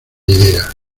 idea